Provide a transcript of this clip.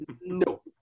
No